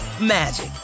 magic